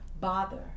bother